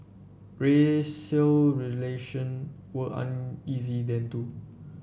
racial relation were uneasy then too